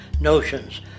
notions